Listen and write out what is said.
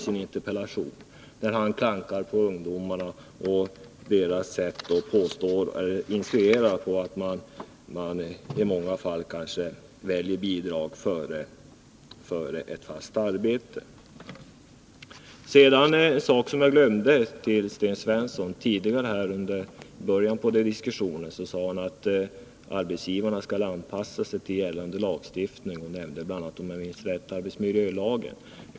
Han klankar i interpellationen på ungdomarna och insinuerar att de kanske i många fall väljer bidrag före ett fast arbete. Sedan var det en sak som jag glömde att säga till Sten Svensson. Han sade tidigare under diskussionen att arbetsgivare skall anpassa sig till gällande lagstiftning och nämnde bl.a. — om jag minns rätt — arbetsmiljölagen.